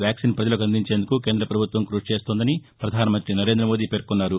vaccine ప్రజలకు అందించేందుకు కేంద్ర పభుత్వం కృషి చేస్తోందని పధానమంత్రి నరేం్రదమోదీ పేర్కొన్నారు